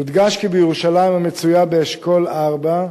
יודגש כי ירושלים, המצויה באשכול 4,